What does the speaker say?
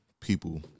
people